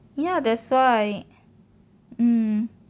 ya that's why mm